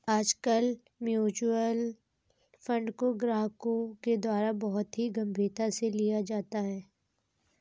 आजकल mutual fund को ग्राहकों के द्वारा बहुत ही गम्भीरता से लिया जाता है